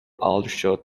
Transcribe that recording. aldershot